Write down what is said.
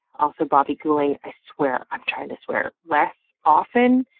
also, bobbygooling, i swear i'm trying to swear less often,